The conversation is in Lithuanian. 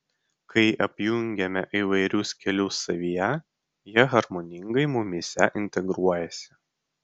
kai apjungiame įvairius kelius savyje jie harmoningai mumyse integruojasi